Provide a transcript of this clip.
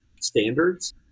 standards